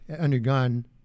undergone